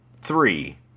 three